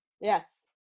Yes